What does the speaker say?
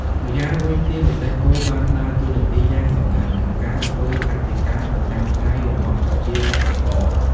ម្យ៉ាងវិញទៀត រទេះគោបានដើរតួនាទីយ៉ាងសំខាន់ក្នុងការធ្វើកសិកម្មប្រចាំថ្ងៃរបស់ប្រជាកសិករ។